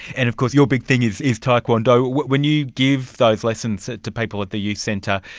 and of course your big thing is is taekwondo. when you give those lessons to people at the youth centre,